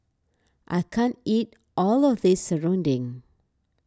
I can't eat all of this Serunding